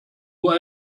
nur